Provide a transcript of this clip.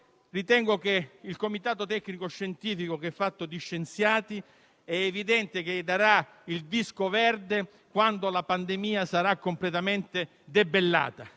evidente che il Comitato tecnico scientifico, che è fatto di scienziati, darà il disco verde quando la pandemia sarà completamente debellata.